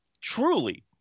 Truly